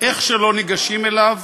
איך שלא ניגשים אליו,